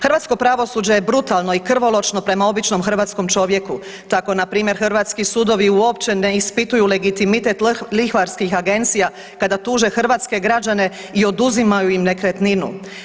Hrvatsko pravosuđe je brutalno i krvoločno prema običnom hrvatskom čovjeku, tko npr. hrvatsku sudovi uopće ne ispituju legitimitet lihvarskih agencija kada tuže hrvatske građane i oduzimaju im nekretninu.